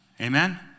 Amen